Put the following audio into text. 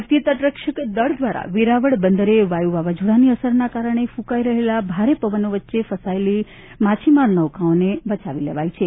ભારતીય તટરક્ષક દળ દ્વારા વેરાવળ બંદરે વાયુ વાવાઝોડાની અસરના કારણે કૂંકાઈ રહેલા ભારે પવનો વચ્ચે ફસાયેલા માછીમારી નૌકાઓને બચાવી લેવાઈ છે